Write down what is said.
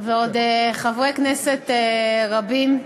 ועוד חברי כנסת רבים,